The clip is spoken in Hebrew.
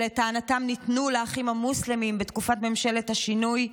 שלטענתם ניתנו לאחים המוסלמים בתקופת ממשלת השינוי?